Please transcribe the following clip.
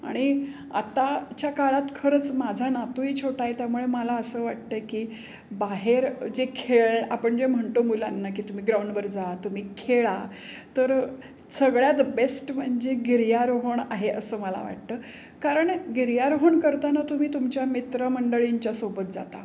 आणि आताच्या काळात खरंच माझा नातूही छोटा आहे त्यामुळे मला असं वाटत आहे की बाहेर जे खेळ आपण जे म्हणतो मुलांना की तुम्ही ग्राउंडवर जा तुम्ही खेळा तर सगळ्यात बेस्ट म्हणजे गिर्यारोहण आहे असं मला वाटतं कारण गिर्यारोहण करताना तुम्ही तुमच्या मित्रमंडळींच्यासोबत जाता